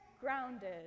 grounded